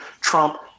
Trump